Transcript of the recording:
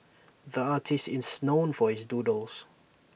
the artist is known for his doodles